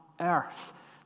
earth